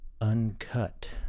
uncut